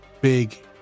big